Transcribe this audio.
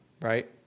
right